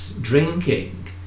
drinking